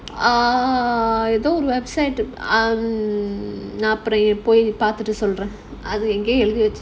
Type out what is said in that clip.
err ஏதோ:edho website um நான் போய் பார்த்துட்டு சொல்றேன்:naan poi paarthutu solraen